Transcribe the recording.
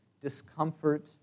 discomfort